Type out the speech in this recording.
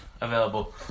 available